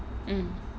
mm